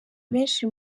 benshi